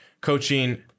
coaching